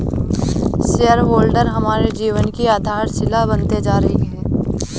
share holder हमारे जीवन की आधारशिला बनते जा रही है